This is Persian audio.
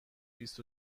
بیست